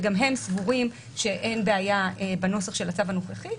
וגם הם סבורים שאין בעיה בנוסח של הצו הנוכחי,